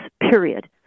period